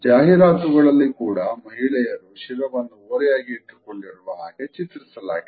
ಜಾಹೀರಾತುಗಳಲ್ಲಿ ಕೂಡ ಮಹಿಳೆಯರು ಶಿರವನ್ನು ಓರೆಯಾಗಿ ಇಟ್ಟುಕೊಂಡಿರುವ ಹಾಗೆ ಚಿತ್ರಿಸಲಾಗಿದೆ